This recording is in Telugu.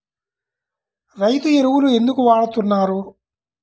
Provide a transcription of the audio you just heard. రైతు ఎరువులు ఎందుకు వాడుతున్నారు?